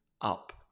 up